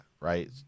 right